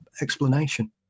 explanation